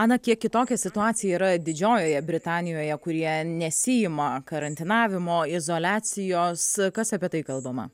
ana kiek kitokia situacija yra didžiojoje britanijoje kurie nesiima karantinavimo izoliacijos kas apie tai kalbama